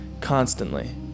constantly